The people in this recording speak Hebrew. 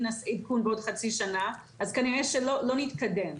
אם נעשה עדכון בעוד חצי שנה אז כנראה שלא נתקדם.